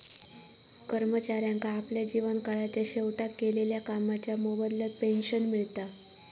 कर्मचाऱ्यांका आपल्या जीवन काळाच्या शेवटाक केलेल्या कामाच्या मोबदल्यात पेंशन मिळता